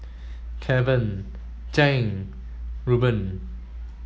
Keven Zhane Rueben